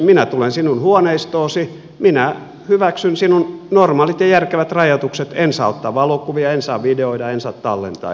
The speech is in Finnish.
minä tulen sinun huoneistoosi minä hyväksyn sinun normaalit ja järkevät rajoituksesi en saa ottaa valokuvia en saa videoida en saa tallentaa ja niin edelleen